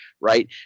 right